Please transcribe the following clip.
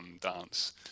dance